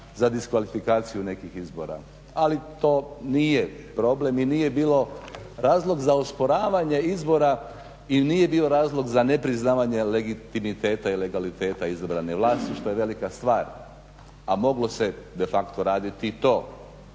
za diskvalifikaciju nekih izbora, ali to nije problem i nije bio razlog za osporavanje izbora i nije bio razlog za nepriznavanje legitimiteta i legaliteta izabrane vlasti što je velika stvar a moglo se defacto raditi i to.